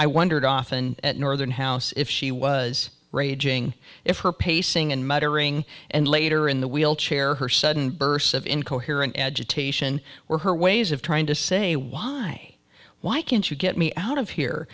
i wondered often at northern house if she was raging if her pacing and muttering and later in the wheelchair her sudden bursts of incoherent agitation were her ways of trying to say why why can't you get me out of here